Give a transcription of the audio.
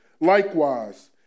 Likewise